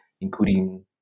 including